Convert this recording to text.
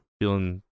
Feeling